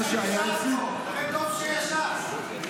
מה שהיה אצלי ----- לכן טוב שיש ש"ס.